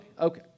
okay